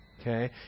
Okay